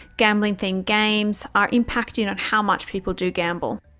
gambling-themed games are impacting on how much people do gamble.